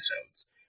episodes